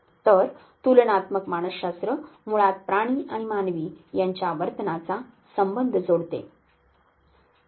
तर तुलनात्मक मानसशास्त्र मुळात प्राणी आणि मानवी यांच्या वर्तनाचा संबंध जोडते